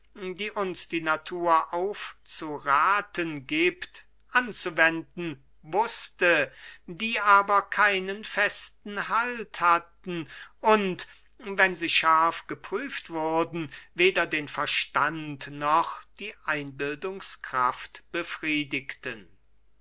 die uns die natur aufzurathen giebt anzuwenden wußte die aber keinen festen halt hatten und wenn sie scharf geprüft wurden weder den verstand noch die einbildungskraft befriedigten